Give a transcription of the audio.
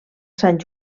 sant